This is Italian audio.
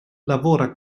lavora